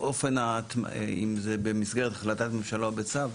אם זה במסגרת החלטת ממשלה או בצו,